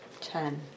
Ten